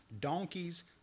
donkeys